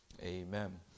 Amen